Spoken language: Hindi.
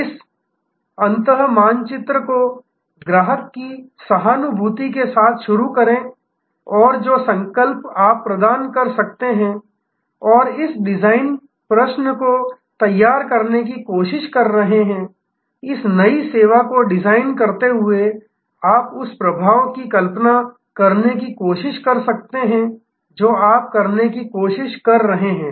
तो इस अंत मानचित्र को ग्राहक की सहानुभूति के साथ शुरू करें और जो संकल्प आप प्रदान कर सकते हैं और इस डिजाइन प्रश्न को तैयार करने की कोशिश कर रहे हैं इस नई सेवा को डिजाइन करते हुए आप उस प्रभाव की कल्पना करने की कोशिश कर सकते हैं जो आप करने की कोशिश कर रहे हैं